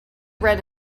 read